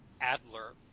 Adler